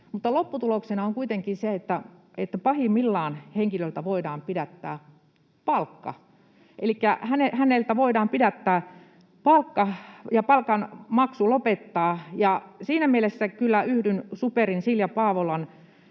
lopputuloksena on kuitenkin se, että pahimmillaan henkilöltä voidaan pidättää palkka. Elikkä häneltä voidaan pidättää palkka ja palkanmaksu lopettaa. Siinä mielessä kyllä yhdyn SuPerin Silja Paavolan